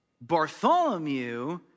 Bartholomew